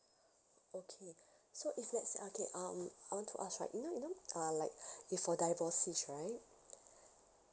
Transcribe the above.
okay so if let's say okay um I want to ask right you know you know uh like if for divorcees right